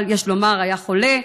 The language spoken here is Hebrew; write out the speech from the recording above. אבל יש לומר שהיה חולה,